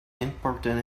important